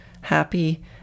happy